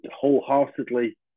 wholeheartedly